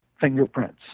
fingerprints